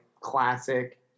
classic